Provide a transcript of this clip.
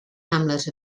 hamlet